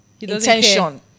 intention